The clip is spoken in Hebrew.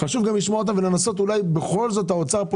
חשוב גם לשמוע אותם ולנסות אולי בכל זאת האוצר פה